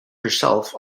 herself